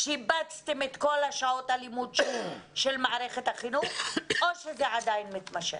שיבצתם את כל שעות הלימוד של מערכת החינוך או שזה עדיין מתמשך?